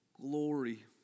glory